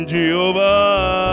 Jehovah